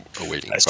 awaiting